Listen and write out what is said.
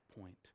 point